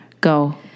Go